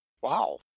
Wow